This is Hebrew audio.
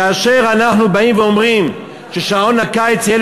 כאשר אנחנו באים ואומרים ששעון הקיץ יהיה